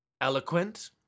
eloquent